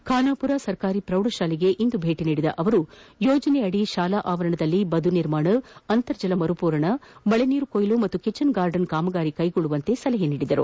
ಖಾನಾಖುರ ಸರ್ಕಾರಿ ಪ್ರೌಢಶಾಲೆಗೆ ಭೇಟಿ ನೀಡಿದ ಅವರು ಯೋಜನೆಯಡಿ ಶಾಲಾ ಅವರಣದಲ್ಲಿ ಬದು ನಿರ್ಮಾಣ ಅಂತರ್ಜಲ ಮರುಪೂರಣ ಮಳೆ ನೀರು ಕೊಯ್ಲು ಹಾಗೂ ಟಿಚನ್ ಗಾರ್ಡನ್ ಕಾಮಗಾರಿ ಕೈಗೊಳ್ಳುವಂತೆ ಸಲಹೆ ನೀಡಿದರು